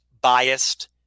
biased